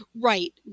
Right